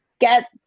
get